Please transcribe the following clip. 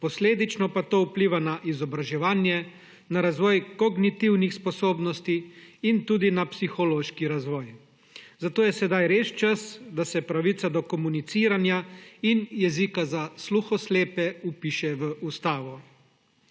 posledično pa bo vpliva na izobraževanje, na razvoj kognitivnih sposobnosti in tudi na psihološki razvoj. Zato je sedaj res čas, da se pravica do komuniciranja in jezika za gluhoslepe vpiše v ustavo.